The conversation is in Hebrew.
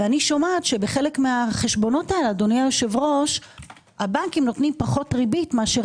ואני שומעת שבחלק מהחשבונות האלה הבנקים נותנים פחות ריבית מאשר